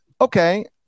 okay